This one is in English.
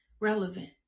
relevant